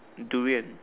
durian